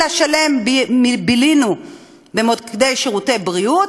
לילה שלם בילינו במוקדי שירותי בריאות,